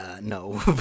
No